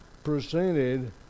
presented